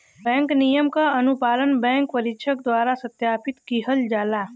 bank नियम क अनुपालन बैंक परीक्षक द्वारा सत्यापित किहल जाला